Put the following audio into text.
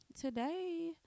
today